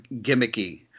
gimmicky